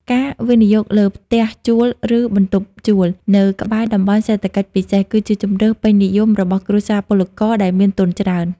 ការវិនិយោគលើ "ផ្ទះជួល" ឬ "បន្ទប់ជួល" នៅក្បែរតំបន់សេដ្ឋកិច្ចពិសេស គឺជាជម្រើសពេញនិយមរបស់គ្រួសារពលករដែលមានទុនច្រើន។